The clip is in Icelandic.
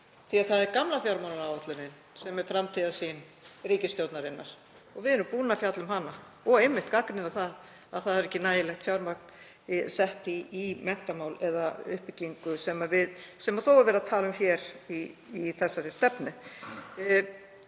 því að það er gamla fjármálaáætlunin sem er framtíðarsýn ríkisstjórnarinnar og við erum búin að fjalla um hana og einmitt gagnrýna það að ekki sé nægilegt fjármagn sett í menntamál eða uppbyggingu sem þó er verið að tala um í þeirri stefnu.